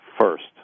first